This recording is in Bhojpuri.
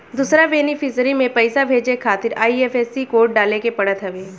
दूसरा बेनिफिसरी में पईसा भेजे खातिर आई.एफ.एस.सी कोड डाले के पड़त हवे